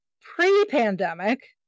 pre-pandemic